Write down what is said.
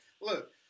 look